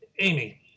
Amy